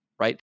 right